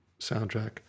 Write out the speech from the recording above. soundtrack